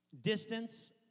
Distance